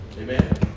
Amen